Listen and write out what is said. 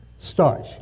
starch